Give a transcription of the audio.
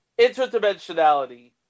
interdimensionality